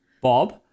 Bob